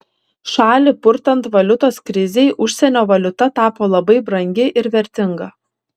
šalį purtant valiutos krizei užsienio valiuta tapo labai brangi ir vertinga